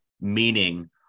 Meaning